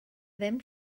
ddim